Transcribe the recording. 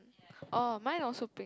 oh mine also pink